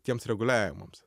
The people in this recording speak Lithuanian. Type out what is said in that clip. tiems reguliavimams